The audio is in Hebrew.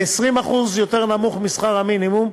זה נמוך ב-20% משכר המינימום.